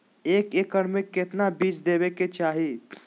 एक एकड़ मे केतना बीज देवे के चाहि?